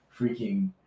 freaking